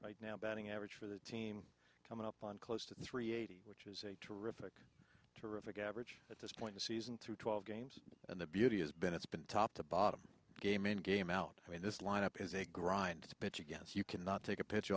right now batting average for the team coming up on close to three eighty which is a terrific terrific average at this point the season through twelve games and the beauty has been it's been top to bottom game in game out i mean this lineup is a grind to pitch against you cannot take a p